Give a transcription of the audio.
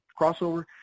crossover